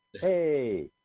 Hey